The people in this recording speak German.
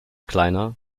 kleiner